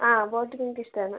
ആ ബോട്ടിംഗ് ഒക്കെ ഇഷ്ടമാണ്